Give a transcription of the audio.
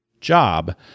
job